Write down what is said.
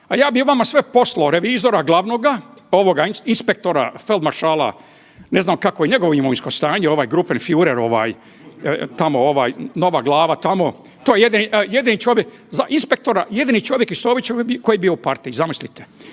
A ja bih vama sve poslao revizora glavnoga inspektora feldmaršala ne znam kakvo je njegovo imovinsko stanje ovaj gruppenfuhrer nova glava tamo, to je jedini čovjek, za inspektora jedini čovjek iz … koji je bio u partiji, zamislite.